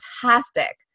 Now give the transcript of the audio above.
fantastic